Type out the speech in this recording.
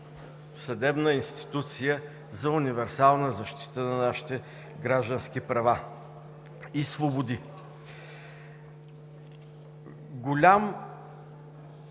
съдебна институция за универсална защита на нашите граждански права и свободи. Сериозен